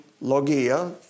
logia